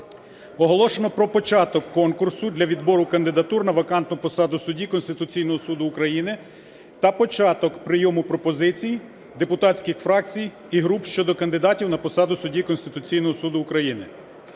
оголошено про початок конкурсу для відбору кандидатур на вакантну посаду судді Конституційного Суду України та початок прийому пропозицій депутатських фракцій і груп щодо кандидатів на посаду судді Конституційного Суду України.